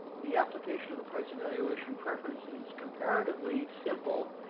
the application of the price evaluation preference is comparatively simple.